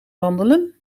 wandelen